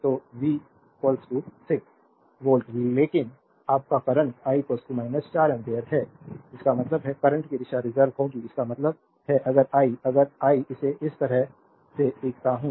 तो V 6 volt लेकिन आपका करंट I 4 एम्पियर है इसका मतलब है करंट की दिशा रिवर्स होगी इसका मतलब है अगर आई अगर आई इसे इस तरह से खींचता हूं